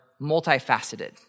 multifaceted